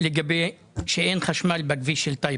ראיתי שאתמול הצצת והלכת, חשבתי שחשבת שטעית.